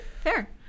fair